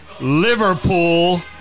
Liverpool